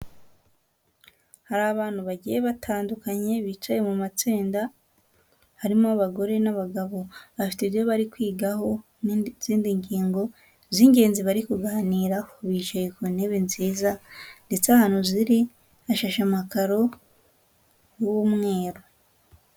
Hari abantu bagiye batandukanye bicaye mu matsinda, harimo abagore n'abagabo afite ibyo bari kwigaho n'izindi ngingo z'ingenzi bari kuganira, bicaye ku ntebe nziza ndetse ahantu ziri hashashe amakaro y'umweru.